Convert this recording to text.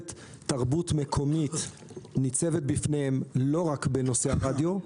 תרבות מקומית ניצבת בפניהם לא רק בנושא הרדיו,